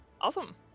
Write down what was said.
Awesome